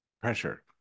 pressure